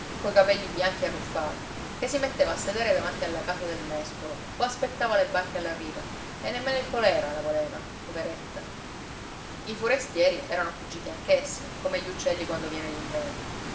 coi capelli bianchi e arruffati che si metteva a sedere davanti alla casa del nespolo o aspettava le barche alla riva e nemmeno il colèra la voleva poveretta i forestieri erano fuggiti anch'essi come gli uccelli quando viene